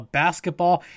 basketball